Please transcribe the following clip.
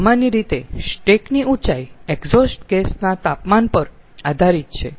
સામાન્ય રીતે સ્ટેક ની ઉંચાઈ એક્ઝોસ્ટ ગેસના તાપમાન પર આધારિત છે